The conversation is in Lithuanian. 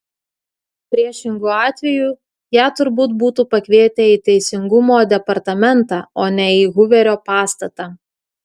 priešingu atveju ją turbūt būtų pakvietę į teisingumo departamentą o ne į huverio pastatą